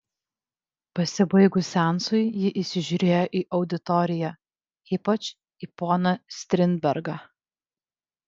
pasibaigus seansui ji įsižiūrėjo į auditoriją ypač į poną strindbergą